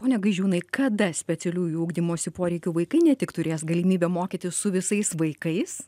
pone gaižiūnai kada specialiųjų ugdymosi poreikių vaikai ne tik turės galimybę mokytis su visais vaikais